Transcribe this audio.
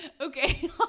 Okay